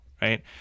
Right